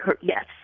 Yes